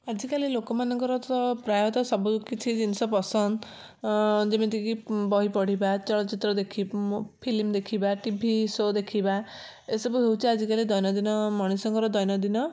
ଆଜିକାଲି ଲୋକମାନଙ୍କର ତ ପ୍ରାୟତଃ ସବୁକିଛି ଜିନିଷ ପସନ୍ଦ ଯେମିତି କି ବହି ପଢ଼ିବା ଚଳଚ୍ଚିତ୍ର ଦେଖି ଫିଲ୍ମ ଦେଖିବା ଟି ଭି ସୋ ଦେଖିବା ଏସବୁ ହଉଛି ଆଜିକାଲି ଦୈନନ୍ଦିନ ମଣିଷଙ୍କର ଦୈନନ୍ଦିନ